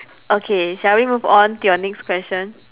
okay shall we move on to your next question